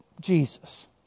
Jesus